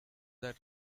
their